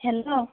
hello